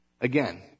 Again